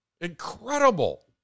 Incredible